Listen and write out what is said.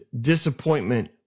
disappointment